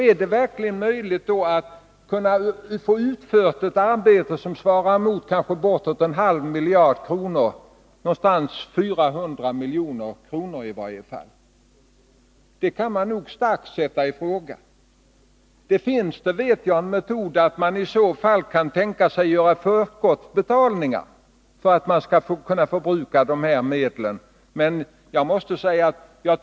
Är det då verkligen möjligt att få utfört ett arbete som svarar mot kanske bortåt en halv miljard kronor, i varje fall kring 400 milj.kr.? Det kan nog starkt sättas i fråga. Det finns en metod för att man skall kunna förbruka dessa medel, och det är att man gör förskottsbetalningar.